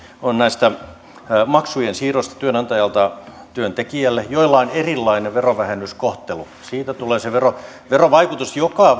on maksujen siirrosta työnantajalta työntekijälle jolla on erilainen verovähennyskohtelu siitä tulee se verovaikutus joka